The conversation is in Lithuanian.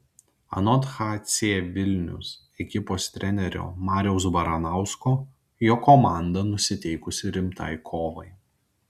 anot hc vilnius ekipos trenerio mariaus baranausko jo komanda nusiteikusi rimtai kovai